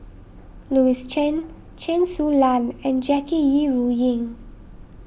Louis Chen Chen Su Lan and Jackie Yi Ru Ying